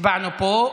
הצבענו פה,